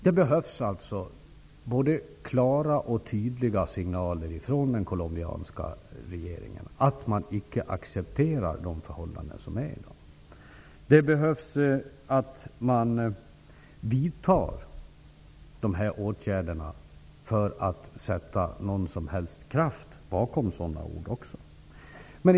Det behövs alltså både klara och tydliga signaler från den colombianska regeringen om att de förhållanden som råder i dag icke accepteras. Det är nödvändigt att man vidtar dessa åtgärder för också lägga kraft bakom orden.